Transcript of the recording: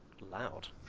loud